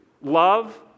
love